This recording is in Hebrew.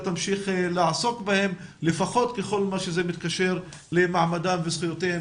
תמשיך לעסוק בהם לפחות ככל שזה מתקשר למעמדם וזכויותיהם